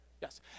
Yes